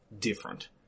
different